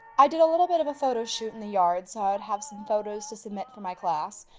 i did a little bit of a photo shoot in the yard so i would have some photos to submit for my class,